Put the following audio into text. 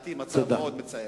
ולדעתי זה מצב מאוד מצער.